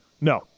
No